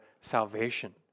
salvation